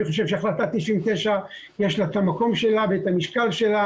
אני חושב שלהחלטה 99' יש את המקום שלה ואת המשקל שלה